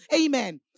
Amen